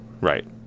Right